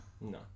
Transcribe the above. No